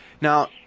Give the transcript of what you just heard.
Now